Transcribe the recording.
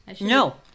No